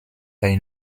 bei